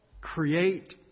create